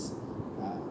uh